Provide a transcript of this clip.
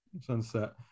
sunset